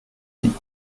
sie